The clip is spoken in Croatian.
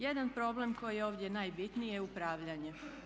Jedan problem koji je ovdje najbitniji je upravljanje.